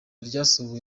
ryasohowe